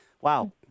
wow